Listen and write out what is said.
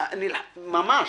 חלחלה ממש.